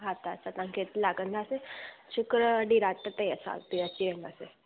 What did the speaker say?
हा त असां तव्हांखे लॻंदासीं शुक्र ॾींहुं राति ताईं असां उते अची वेंदासीं